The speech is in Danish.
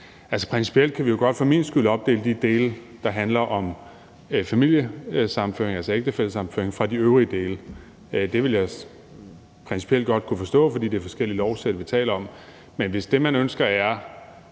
at principielt kan vi for min skyld godt tage de dele, der handler om familiesammenføring, altså ægtefællesammenføring, ud fra de øvrige dele. Det ville jeg principielt godt kunne forstå, for det er forskellige lovsæt, vi taler om. Men hvis det, man ønsker,